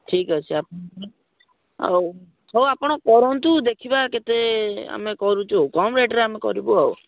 ଠିକ୍ ଅଛି ଆଉ ହଉ ଆପଣ କରନ୍ତୁ ଦେଖିବା କେତେ ଆମେ କରୁଛୁ ଆଉ କମ୍ ରେଟ୍ରେ ଆମେ କରିବୁ ଆଉ